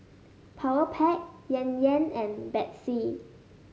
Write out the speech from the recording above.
Powerpac Yan Yan and Betsy